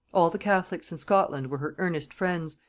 all the catholics in scotland were her earnest friends,